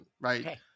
right